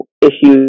issues